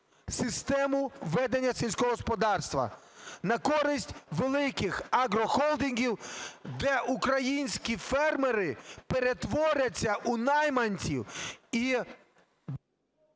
системи ведення сільського господарства на користь великих агрохолдингів, де українські фермери перетворяться у найманців і…